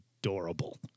adorable